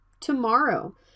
tomorrow